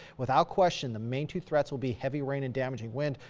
without question. the main two threats will be heavy rain and damaging wind.